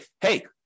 hey